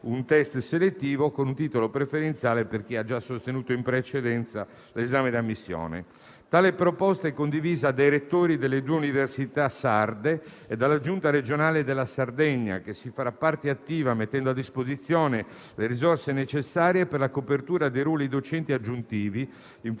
un test selettivo o avvenire con un titolo preferenziale per chi ha già sostenuto in precedenza l'esame di ammissione. Tale proposta è condivisa dai rettori delle due università sarde e dalla Giunta regionale della Sardegna, che si farà parte attiva mettendo a disposizione le risorse necessarie per la copertura dei ruoli docenti aggiuntivi in